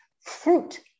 fruit